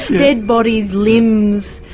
dead bodies, limbs,